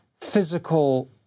physical